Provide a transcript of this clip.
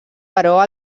però